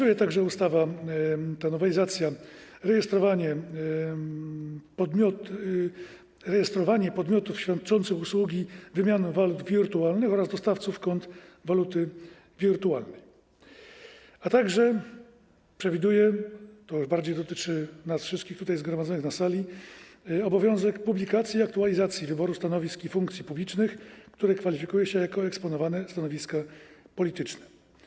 Ustawa, ta nowelizacja nakazuje także rejestrowanie podmiotów świadczących usługi wymiany walut wirtualnych oraz dostawców kont waluty wirtualnej, a także przewiduje - to już bardziej dotyczy nas wszystkich tutaj zgromadzonych na sali - obowiązek publikacji i aktualizacji wyboru stanowisk i funkcji publicznych, które kwalifikuje się jako eksponowane stanowiska polityczne.